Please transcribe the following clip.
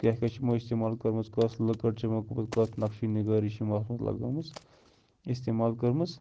کیٛاہ کیٛاہ چھِ یِمو استعمال کٔرمٕژ کۄس لٔکٕر چھِ یِمو کۄس نقشہِ نگٲری چھِ یِمو اَتھ منٛز لگٲومٕژ استعمال کٔرمٕژ